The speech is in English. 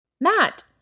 Matt